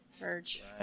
merge